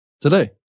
today